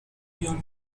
ian